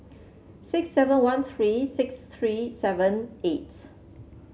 six seven one three six three seven eight